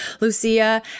Lucia